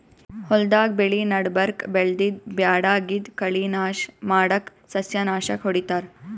ಹೊಲ್ದಾಗ್ ಬೆಳಿ ನಡಬರ್ಕ್ ಬೆಳ್ದಿದ್ದ್ ಬ್ಯಾಡಗಿದ್ದ್ ಕಳಿ ನಾಶ್ ಮಾಡಕ್ಕ್ ಸಸ್ಯನಾಶಕ್ ಹೊಡಿತಾರ್